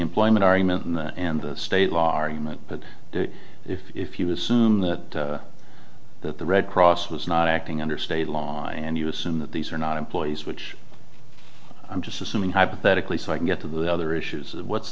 employment argument and the state law argument but if you assume that that the red cross was not acting under state law and you assume that these are not employees which i'm just assuming hypothetically so i can get to the other issues of what's